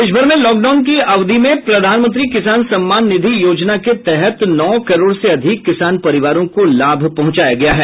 देश भर में लाक डाउन की अवधि में प्रधानमंत्री किसान सम्मान निधि योजना के तहत नौ करोड़ से अधिक किसान परिवारों को लाभ पहुंचाया गया है